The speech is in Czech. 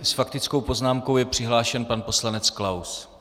S faktickou poznámkou je přihlášen pan poslanec Klaus.